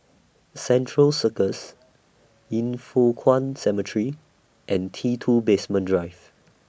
Central Circus Yin Foh Kuan Cemetery and T two Basement Drive